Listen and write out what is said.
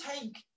take